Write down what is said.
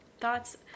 thoughts